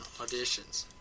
auditions